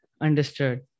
understood